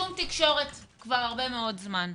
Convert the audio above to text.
שום תקשורת, כבר הרבה מאוד זמן.